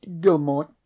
Gilmore